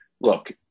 look